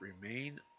remain